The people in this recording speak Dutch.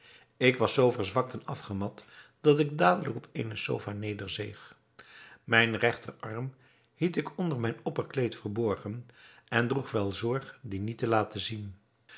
ik was zoo verzwakt en afgemat dat ik dadelijk op eene sofa nederzeeg mijn regterarm hield ik onder mijn opperkleed verborgen en droeg wel zorg dien niet te laten zien